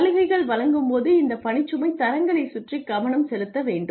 சலுகைகள் வழங்கும் போது இந்த பணிச்சுமை தரங்களைச் சுற்றி கவனம் செலுத்த வேண்டும்